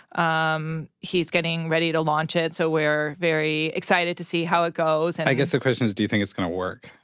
um he's getting ready to launch it, so we're very excited to see how it goes. and i guess the question is do you think it's gonna work?